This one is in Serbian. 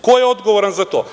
Ko je odgovoran za to?